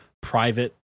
private